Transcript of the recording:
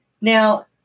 Now